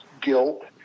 guilt